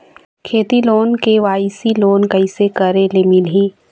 खेती loan KYC loan कइसे करे ले मिलही?